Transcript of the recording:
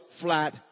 flat